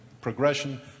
progression